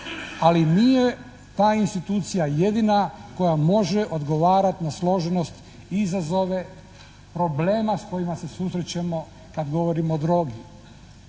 ali nije ta institucija jedina koja može odgovarati na složenost, izazove, problema s kojima se susrećemo kad govorimo o drogi.